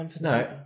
No